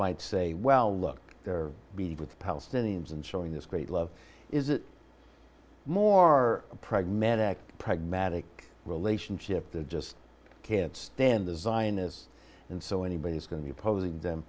might say well look there with palestinians and showing this great love is a more pragmatic pragmatic relationship they just can't stand design is and so anybody is going to be opposing them